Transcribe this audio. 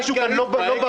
משהו כאן לא ברור,